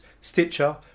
Stitcher